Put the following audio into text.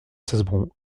cesbron